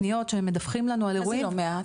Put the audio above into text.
פניות שהם מדווחים לנו על אירועים -- מה זה לא מעט?